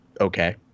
okay